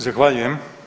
Zahvaljujem.